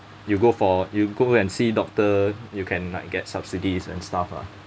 you go for you go and see doctor you can like get subsidies and stuff lah